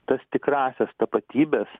tas tikrąsias tapatybes